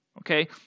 Okay